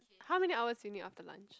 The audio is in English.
how many hours do you need after lunch